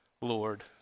Lord